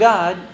God